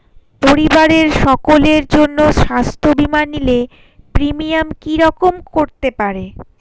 পরিবারের সকলের জন্য স্বাস্থ্য বীমা নিলে প্রিমিয়াম কি রকম করতে পারে?